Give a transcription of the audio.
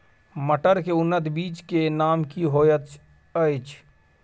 मटर के उन्नत बीज के नाम की होयत ऐछ?